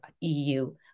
EU